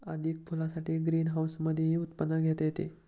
अधिक फुलांसाठी ग्रीनहाऊसमधेही उत्पादन घेता येते